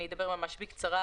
אני אדבר ממש בקצרה.